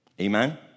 Amen